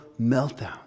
meltdown